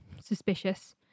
suspicious